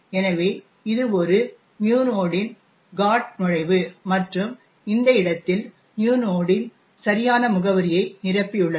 எனவே இது ஒரு நியூ நோட்டின் GOT நுழைவு மற்றும் இந்த இடத்தில் நியூ நோட்டின் சரியான முகவரியை நிரப்பியுள்ளது